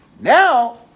Now